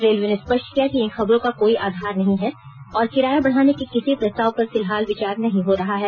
railway ने स्पष्ट किया कि इन खबरों का कोई आधार नहीं है और किराया बढाने के किसी प्रस्ताव पर फिलहाल विचार नहीं हो रहा है